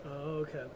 Okay